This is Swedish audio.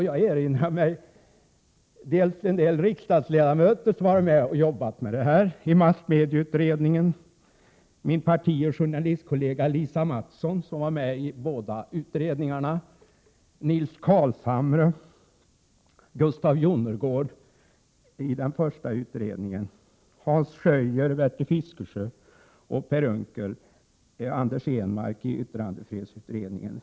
Jag erinrar mig en del riksdagsledamöter som har varit med och jobbat i massmedieutredningen: min partioch journalistkollega Lisa Mattson, som var med i båda utredningarna, Nils Carlshamre och Gustaf Jonnergård i den första utredningen samt Hans Schöier, Bertil Fiskesjö, Per Unckel och Anders Ehnmark i yttrandefrihetsutredningen.